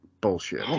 bullshit